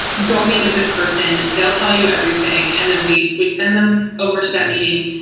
go meet with this person. they'll tell you everything, and then we we send them over to that meeting.